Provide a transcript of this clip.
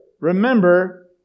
remember